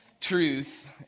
truth